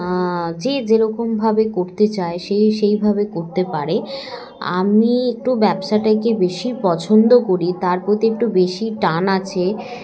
যে যেরকমভাবে করতে চায় সেই সেইভাবে করতে পারে আমি একটু ব্যবসাটাকে বেশি পছন্দ করি তার প্রতি একটু বেশি টান আছে